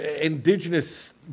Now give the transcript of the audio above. indigenous